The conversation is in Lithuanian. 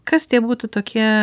kas tie būtų tokie